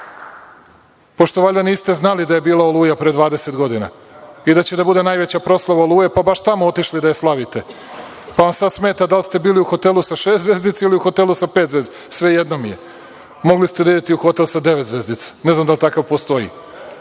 pošto valjda niste znali da je bila oluja pre 20 godina i da će da bude najveća proslava oluje, pa baš tamo otišli da slavite. Pa, vam sada smeta da li ste bili u hotelu sa šest zvezdica ili u hotelu sa pet zvezdica, svejedno mi je, mogli ste da idete i u hotel sa devet zvezdica. Ne znam da li takav postoji.